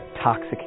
toxic